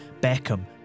Beckham